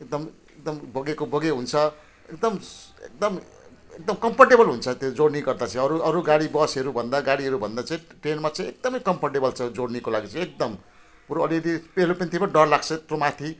एकदम एकदम बगेको बगेकै हुन्छ एकदम एकदम एकदम कम्फर्टेबल हुन्छ त्यो जर्नी गर्दा चाहिँ अरू गाडी बसहरू भन्दा चाहिँ ट्रेनमा चाहिँ एकदमै कम्फर्टेबल छ जर्नीको लागि चाहिँ एकदम बरु अलिअलि एरोप्लेनतिरमा डर लाग्छ त्यत्रो माथि